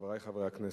חברי חברי הכנסת,